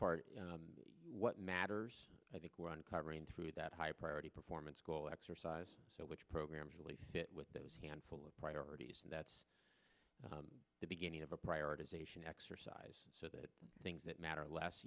part of what matters i think we're uncovering through that high priority performance goal exercise which programs really fit with those handful of priorities and that's the beginning of a prioritization exercise so that things that matter l